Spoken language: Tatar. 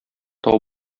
тау